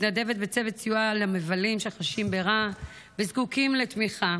מתנדבת בצוות סיוע למבלים שחשים ברע וזקוקים לתמיכה.